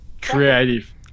Creative